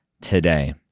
today